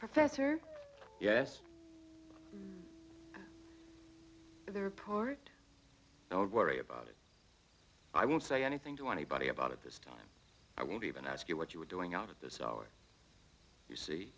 professor yes they're part don't worry about it i won't say anything to anybody about it this time i won't even ask you what you were doing out at this hour you see